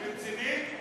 את רצינית?